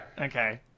Okay